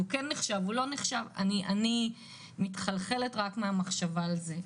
אני מתחלחלת רק מהמחשבה על זה.